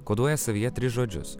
koduoja savyje tris žodžius